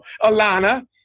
Alana